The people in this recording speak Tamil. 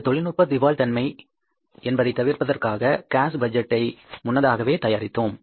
இந்த தொழில்நுட்ப திவால் தன்மையை தவிர்ப்பதற்காக காஸ் பட்ஜெட்டை முன்னதாகவே தயாரித்தோம்